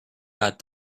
got